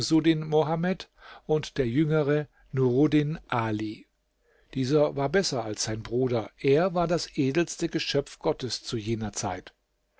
schemsuddin mohammed und der jüngere nuruddin ali dieser war besser als sein bruder er war das edelste geschöpf gottes zu jener zeit